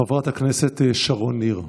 חברת הכנסת שרון ניר,